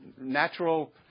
natural